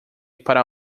para